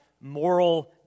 moral